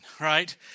right